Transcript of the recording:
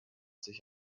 sich